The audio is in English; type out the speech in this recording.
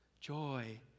joy